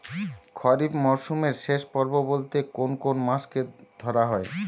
খরিপ মরসুমের শেষ পর্ব বলতে কোন কোন মাস কে ধরা হয়?